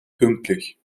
pünktlich